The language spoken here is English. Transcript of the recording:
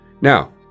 Now